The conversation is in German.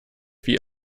wie